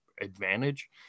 advantage